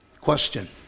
Question